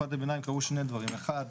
תקופת הביניים קרו שני דברים: אחד,